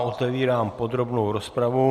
Otevírám podrobnou rozpravu.